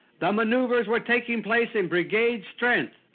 the maneuvers were taking place in brigade strength,